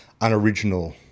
unoriginal